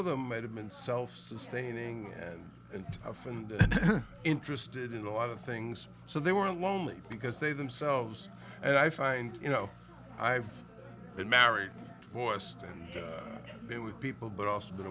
of them might have been self sustaining and a friend interested in a lot of things so they were lonely because they themselves and i find you know i've been married for stand there with people but also been